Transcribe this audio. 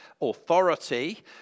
authority